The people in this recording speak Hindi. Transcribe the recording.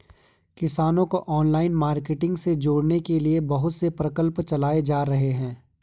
किसानों को ऑनलाइन मार्केटिंग से जोड़ने के लिए बहुत से प्रकल्प चलाए जा रहे हैं